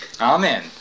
Amen